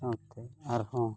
ᱥᱟᱶᱛᱮ ᱟᱨᱦᱚᱸ